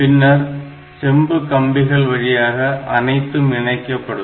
பின்னர் செம்பு கம்பிகள் வழியாக அனைத்தும் இணைக்கப்படும்